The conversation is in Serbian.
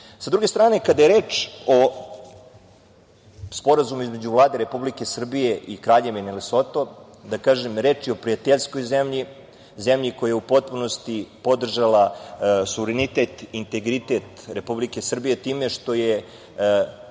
i ništa više. Kada je reč o sporazumu između Vlade Republike Srbije i Kraljevine Lesoto da kažem da je reč o prijateljskoj zemlji, zemlji koja je u potpunosti podržala suverenitet i integritet Republike Srbije time što je